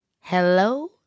Hello